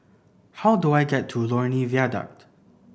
how do I get to Lornie Viaduct